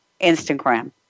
Instagram